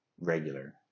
regular